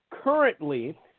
currently –